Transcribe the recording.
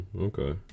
Okay